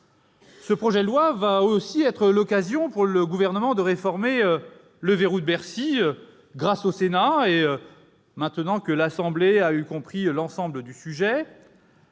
Ce projet de loi sera aussi l'occasion pour le Gouvernement de réformer le « verrou de Bercy » grâce au Sénat, maintenant que l'Assemblée nationale a compris l'ensemble de